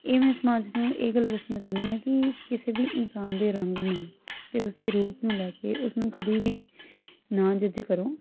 ਇਹ ਮੈਂ ਸਮਾਜ ਨੂੰ ਇਹ ਗੱਲ ਦੱਸਣਾ ਚਾਹੁੰਦੀ ਹਾਂ ਕਿ ਕਿਸੇ ਵੀ ਇਨਸਾਨ ਦੇ ਰੰਗ ਨੂੰ ਅਤੇ ਉਸਦੇ ਰੂਪ ਨੂੰ ਲੈ ਕੇ ਉਸਨੂੰ ਕਦੀ ਵੀ ਨਾ ਜੱਜ ਕਰੋ